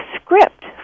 script